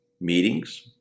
meetings